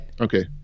Okay